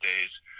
days